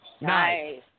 Nice